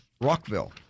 Rockville